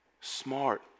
smart